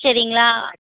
சரிங்களா